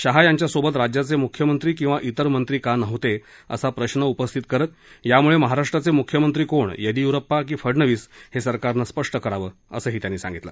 शहा यांच्या सोबत राज्याचे म्ख्यमंत्री किंवा इतर मंत्री का नव्हते असा प्रश्न उपस्थित करत त्यामुळे महाराष्ट्राचे मुख्यमंत्री कोण येदीय्रप्पा की फडनवीस हे सरकारनं स्पष्ट करावं असंही त्यांनी सांगितलं